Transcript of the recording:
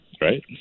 right